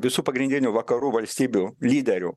visų pagrindinių vakarų valstybių lyderių